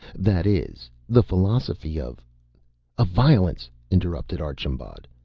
that is, the philosophy of. of violence, interrupted archambaud.